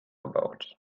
baut